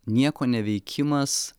nieko neveikimas